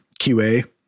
QA